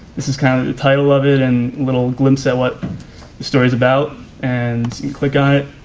this is kind of the title of it and little glimpse at what the story's about and and click on it